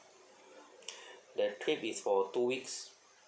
the trip is for two weeks